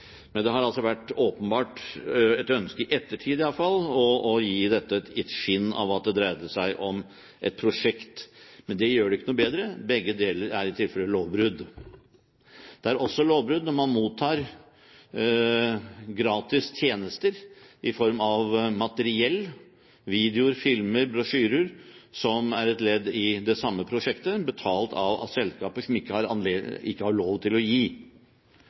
Men det gjør det ikke noe bedre. Begge deler er i tilfelle lovbrudd. Det er også lovbrudd når man mottar gratis tjenester i form av materiell, videoer, filmer, brosjyrer som er et ledd i det samme prosjektet, betalt av selskaper som ikke har lov til å gi.